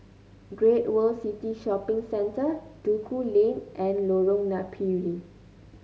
Great World City Shopping Centre Duku Lane and Lorong Napiri